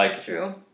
True